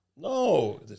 No